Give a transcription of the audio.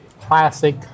Classic